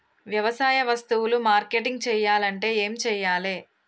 వ్యవసాయ వస్తువులు మార్కెటింగ్ చెయ్యాలంటే ఏం చెయ్యాలే?